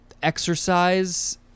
exercise